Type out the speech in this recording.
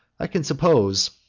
i can suppose,